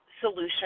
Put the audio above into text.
solution